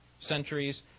centuries